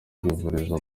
kwivuriza